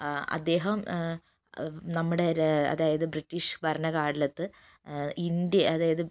ആ അദ്ദേഹം നമ്മുടെ അതായത് ബ്രിട്ടീഷ്ഭരണകാലത്ത് ഇന്ത്യ അതായത്